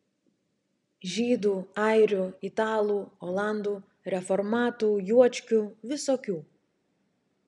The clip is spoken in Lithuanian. žydų airių italų olandų reformatų juočkių visokių